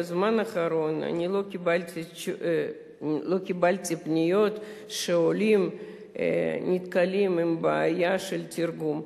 בזמן האחרון לא קיבלתי פניות שעולים נתקלים בבעיה של תרגום.